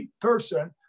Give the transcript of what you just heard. person